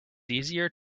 easier